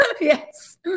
Yes